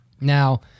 Now